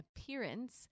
appearance